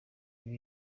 ibi